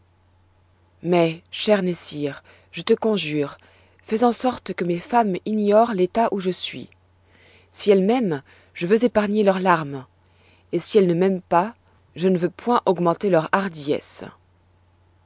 mais cher nessir je te conjure fais en sorte que mes femmes ignorent l'état où je suis si elles m'aiment je veux épargner leurs larmes et si elles ne m'aiment pas je ne veux point augmenter leur hardiesse